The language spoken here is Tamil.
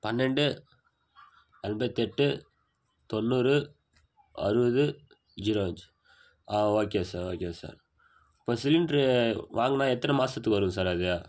பன்னெரெண்டு அறுபத்தெட்டு தொண்ணூறு அறுபது ஜீரோ அஞ்சு ஓகே சார் ஓகே சார் இப்ப சிலிண்ட்ரு வாங்கினா எத்தனை மாதத்துக்கு வரும் சார் அது